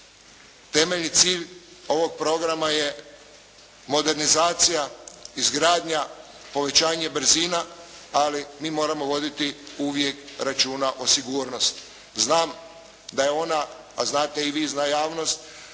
Temeljni cilj ovog programa je modernizacija, izgradnja, povećanje brzina, ali mi moramo voditi uvijek računa o sigurnosti. Znam da je ona, a znate i vi, zna javnost,